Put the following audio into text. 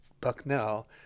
Bucknell